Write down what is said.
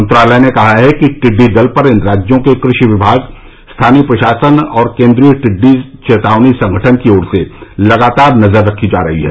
मंत्रालय ने कहा है कि टिड्डी दल पर इन राज्यों के कृषि विभाग स्थानीय प्रशासन और केन्द्रीय टिड्डी चेतावनी संगठन की ओर से लगातार नजर रखी जा रही है